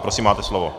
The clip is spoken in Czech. Prosím, máte slovo.